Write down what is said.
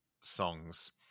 Songs